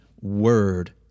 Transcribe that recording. word